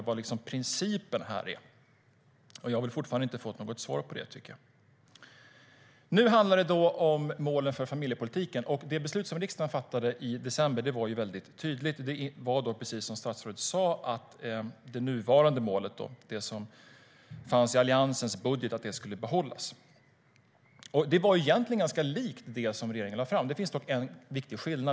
Vad är liksom principen här? Jag har fortfarande inte fått något svar på det, tycker jag. Nu handlar det om målen för familjepolitiken. Det beslut som riksdagen fattade i december var väldigt tydligt. Det var, precis som statsrådet sa, att det nuvarande målet, som fanns i Alliansens budget, skulle behållas. Det var egentligen ganska likt det som regeringen lade fram. Det fanns dock en viktig skillnad.